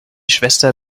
schwester